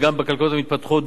וגם בכלכלות המתפתחות,